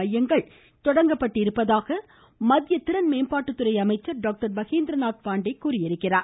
மையங்கள் துவங்கப்பட்டுள்ளதாக மத்திய திறன் மேம்பாட்டுதுறை அமைச்சர் டாக்டர் மகேந்திரநாத் பாண்டே தெரிவித்திருக்கிறார்